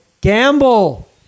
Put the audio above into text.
Gamble